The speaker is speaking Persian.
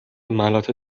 ملاط